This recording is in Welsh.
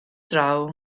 draw